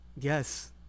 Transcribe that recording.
Yes